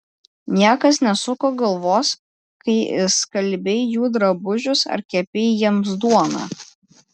niekas nesuko galvos kai skalbei jų drabužius ar kepei jiems duoną